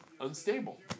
unstable